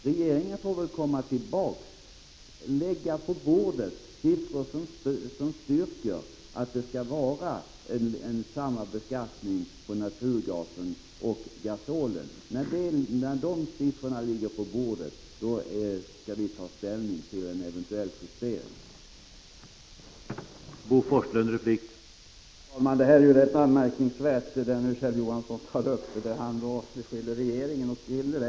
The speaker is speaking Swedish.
Regeringen får väl komma tillbaks och lägga på bordet siffror som styrker att skatten på gasol bör vara densamma som skatten på naturgas. När de siffrorna föreligger skall vi ta ställning till en eventuell justering av gasolskatten.